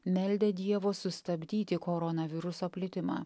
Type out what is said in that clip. meldė dievo sustabdyti koronaviruso plitimą